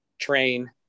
train